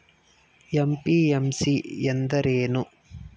MPMC ಎಂದರೇನು?